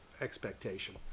expectation